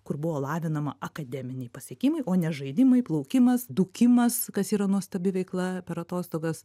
kur buvo lavinama akademiniai pasiekimai o ne žaidimai plaukimas dūkimas kas yra nuostabi veikla per atostogas